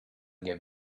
gave